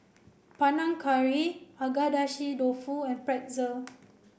Panang Curry Agedashi Dofu and Pretzel